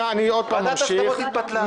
ועדת ההסכמות התבטלה.